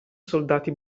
soldati